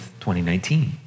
2019